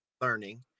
Learning